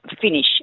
finish